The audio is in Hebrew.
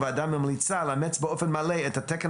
הוועדה ממליצה לאמץ באופן מלא את התקן